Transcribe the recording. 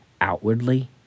outwardly